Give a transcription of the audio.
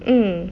mm